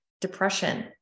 depression